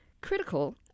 critical